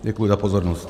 Děkuji za pozornost.